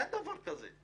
אין דבר כזה.